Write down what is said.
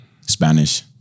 Spanish